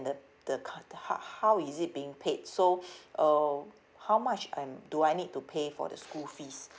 the the c~ how how is it being paid so uh how much I'm do I need to pay for the school fees